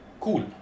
Cool